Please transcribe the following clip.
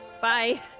Bye